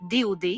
DOD